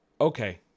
Okay